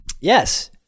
Yes